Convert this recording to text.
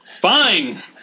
Fine